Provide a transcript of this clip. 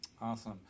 awesome